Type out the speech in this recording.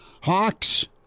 Hawks